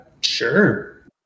Sure